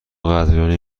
قدردانی